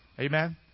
Amen